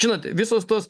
žinot visos tos